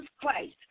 Christ